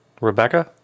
Rebecca